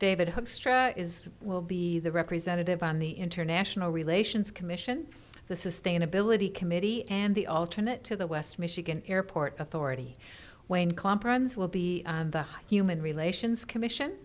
hoekstra is will be the representative on the international relations commission the sustainability committee and the alternate to the west michigan airport authority when clomp runs will be the human relations commission